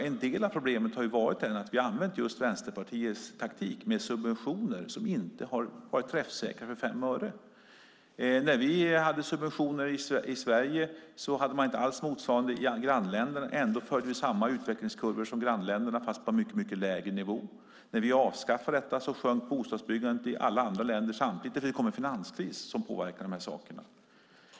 En del av problemet har varit att vi i Sverige har använt Vänsterpartiets taktik med subventioner som inte har varit träffsäkra för fem öre. När vi hade subventioner hade våra grannländer inte alls motsvarande. Ändå följde vi samma utvecklingskurvor som dem fast på en mycket lägre nivå. När vi avskaffade subventionerna sjönk bostadsbyggandet i alla andra länder samtidigt. Det kom nämligen en finanskris som påverkade byggandet.